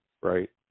right